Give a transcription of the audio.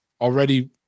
already